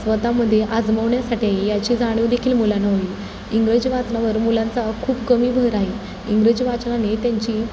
स्वत मध्ये आजमवण्यासाठी आहे याची जाणीव देखील मुलांना होईल इंग्रजी वाचनावर मुलांचा खूप कमी भर आहे इंग्रजी वाचनाने त्यांची